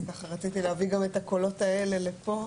אז ככה, רציתי להביא גם את הקולות האלה לפה,